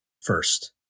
First